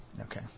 Okay